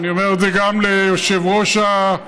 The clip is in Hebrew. אני אומר את זה גם ליושב-ראש הקואליציה,